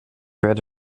werde